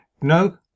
No